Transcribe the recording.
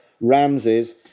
Ramses